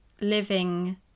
living